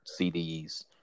CDs